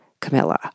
Camilla